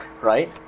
right